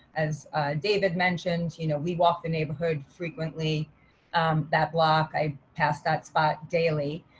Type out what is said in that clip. as david mentioned, you know, we walk the neighborhood frequently that block i pass that spot daily